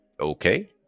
okay